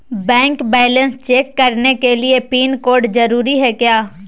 Bank balance check करने के लिए पैन कार्ड जरूरी है क्या?